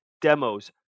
demos